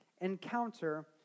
encounter